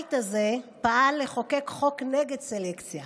הבית הזה פעל לחוקק חוק נגד סלקציה.